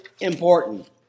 important